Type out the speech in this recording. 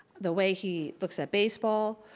the way he looks at baseball.